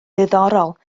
ddiddorol